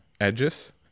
edges